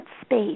space